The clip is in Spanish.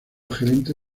gerente